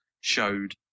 showed